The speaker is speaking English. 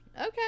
Okay